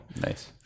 nice